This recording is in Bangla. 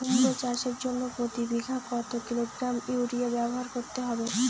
কুমড়ো চাষের জন্য প্রতি বিঘা কত কিলোগ্রাম ইউরিয়া ব্যবহার করতে হবে?